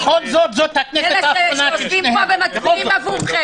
בכל זאת זו הכנסת האחרונה שבה הם מכהנים.